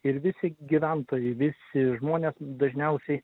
ir visi gyventojai visi žmonės dažniausiai